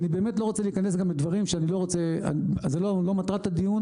זה לא מטרת הדיון,